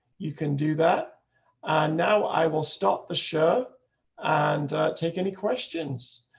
you can do that. and now i will stop the show and take any questions.